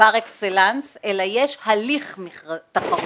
פר אקסלנס, אלא יש הליך תחרותי.